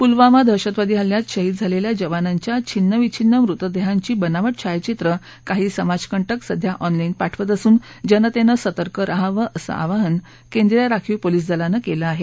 पुलवामा दहशतवादी हल्ल्यात शहीद झालेल्या जवानांच्या छिन्नविछिन्न मृतदेहांची बनावट छायाचित्रं काही समाजकंटक सध्या ऑनलाईन पाठवत असून जनतेनं सतर्क राहावं असं आवाहन केंद्रीय राखीव पोलीस दलानं केलं आहे